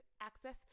access